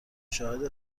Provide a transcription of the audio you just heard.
شاهد